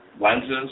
lenses